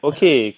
Okay